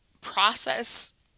process